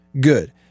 good